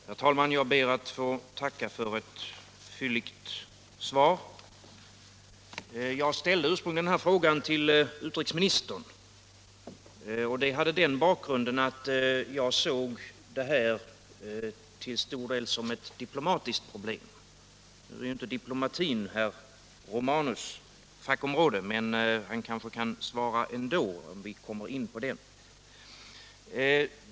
Herr talman! Jag ber att få tacka för ett fylligt svar på min fråga. Jag ställde ursprungligen denna fråga till utrikesministern, och bakgrunden till det var att jag såg detta som till stor del ett diplomatiskt problem. Nu är ju inte diplomatin herr Romanus fackområde, men han kanske kan svara ändå om vi kommer in på den.